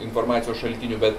informacijos šaltinių bet